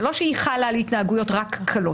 זה לא שהיא חלה על התנהגויות רק קלות.